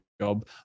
job